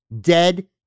dead